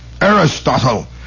Aristotle